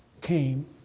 Came